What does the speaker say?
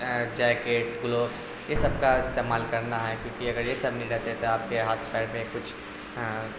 jacket glove یہ سب کا استعمال کرنا ہے کیونکہ اگر یہ سب نہیں رہتے تو آپ کے ہاتھ پیر میں کچھ